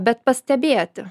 bet pastebėti